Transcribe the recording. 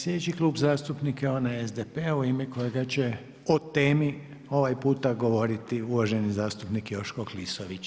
Slijedeći Klub zastupnika je je onaj SDP-a u ime kojega će o temi ovaj puta govoriti uvaženi zastupnik Joško Klisović.